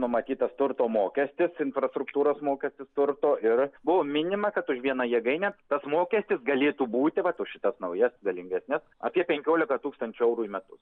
numatytas turto mokestis infrastruktūros mokestis turto ir buvo minima kad už vieną jėgainę tas mokestis galėtų būti vat už šitas naujas galingesnes apie penkiolika tūkstančių eurų į metus